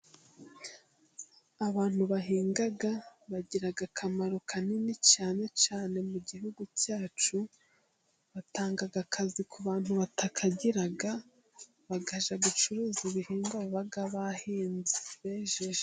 Abantu bahinga bagira akamaro kanini cyane cyane mu gihugu cyacu batanga akazi ku bantu batakagira bakajya gucuruza ibihingwaga baba bahinze bejeje.